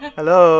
Hello